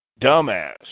dumbass